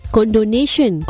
Condonation